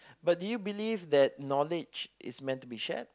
but did you believe that knowledge is meant to be shared